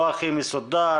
לא הכי מסודר.